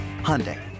Hyundai